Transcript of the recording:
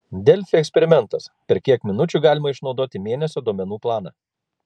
delfi eksperimentas per kiek minučių galima išnaudoti mėnesio duomenų planą